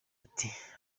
ati